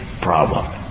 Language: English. problem